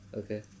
okay